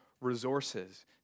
resources